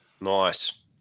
nice